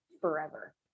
forever